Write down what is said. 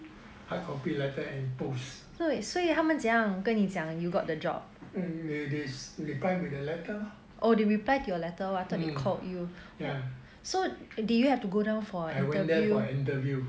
hard copy letter and post they they replied with the letter mmhmm I went there for interview